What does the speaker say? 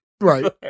Right